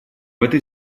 этой